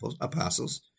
apostles